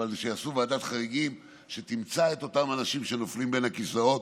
שיעשו ועדת חריגים שתמצא את אותם האנשים שנופלים בין הכיסאות